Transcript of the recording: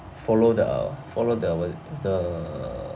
follow the follow the wh~ the